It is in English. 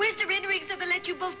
wait a minute you both